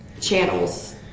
channels